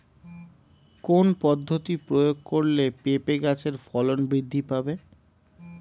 কোন পদ্ধতি প্রয়োগ করলে পেঁপে গাছের ফলন বৃদ্ধি পাবে?